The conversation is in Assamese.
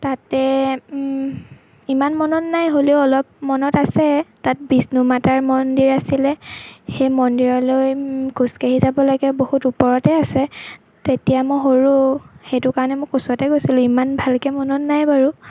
তাতে ইমান মনত নাই হ'লেও অলপ মনত আছে তাত বিষ্ণু মাতাৰ মন্দিৰ আছিলে সেই মন্দিৰলৈ খোজকাঢ়ি যাব লাগে বহুত ওপৰতে আছে তেতিয়া মই সৰু সেইটো কাৰণে মোক কোচতে গৈছিলোঁ ইমান ভালকে মনত নাই বাৰু